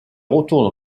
retourne